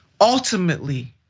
Ultimately